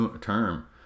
Term